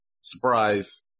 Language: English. surprise